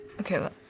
Okay